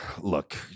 look